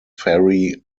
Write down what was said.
fairy